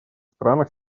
странах